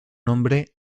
hombre